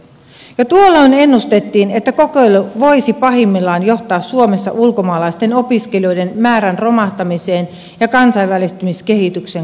jo tuolloin ennustettiin että kokeilu voisi pahimmillaan johtaa suomessa ulkomaalaisten opiskelijoiden määrän romahtamiseen ja kansainvälistymiskehityksen katkeamiseen